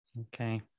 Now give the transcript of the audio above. Okay